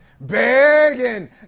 begging